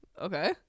Okay